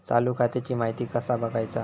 चालू खात्याची माहिती कसा बगायचा?